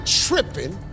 tripping